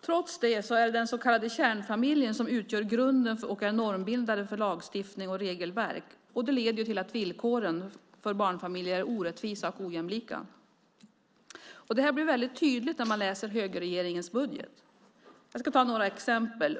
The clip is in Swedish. Trots det är det den så kallade kärnfamiljen som utgör grunden och är normbildare för lagstiftning och regelverk. Det leder till att villkoren för barnfamiljer är orättvisa och ojämlika. Det blir väldigt tydligt när man läser högerregeringens budget. Jag ska ta några exempel.